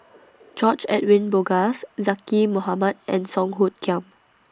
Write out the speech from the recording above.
George Edwin Bogaars Zaqy Mohamad and Song Hoot Kiam